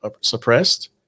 suppressed